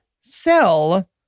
sell